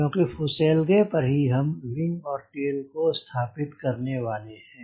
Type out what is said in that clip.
क्योंकि फुसेलगे पर ही हम विंग और टेल को स्थापित करने वाले हैं